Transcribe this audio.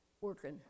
working